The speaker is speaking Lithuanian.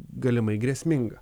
galimai grėsmingą